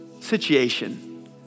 Situation